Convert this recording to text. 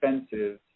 expensive